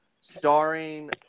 starring